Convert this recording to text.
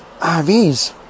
RVs